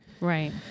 Right